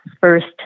first